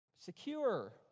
secure